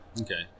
okay